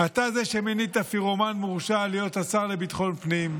אתה זה שמינית פירומן מורשע להיות השר לביטחון הפנים,